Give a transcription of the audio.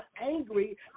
angry